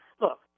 look